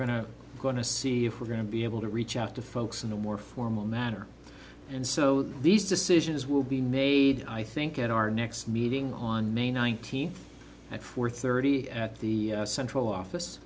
going to see if we're going to be able to reach out to folks in the more formal matter and so these decisions will be made i think at our next meeting on may nineteenth at four thirty at the central office